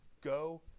Go